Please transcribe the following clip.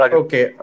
okay